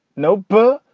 no bull.